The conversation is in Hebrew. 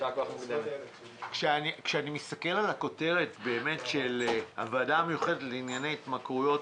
כשאני מסתכל על הכותרת של הוועדה המיוחדת לענייני התמכרויות,